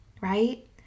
right